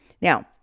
Now